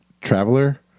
Traveler